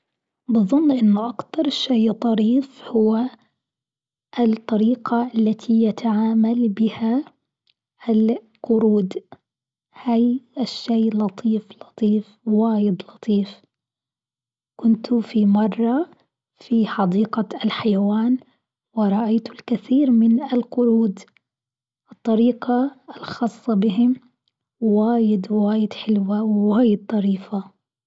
بظن إن أكتر شيء طريف هو الطريقة التي يتعامل بها القرود، هالشيء لطيف لطيف واجد لطيف، كنت في مرة في حديقة الحيوان ورأيت الكثير من القرود، الطريقة الخاصة بهم واجد واجد حلوة وواجد طريفة.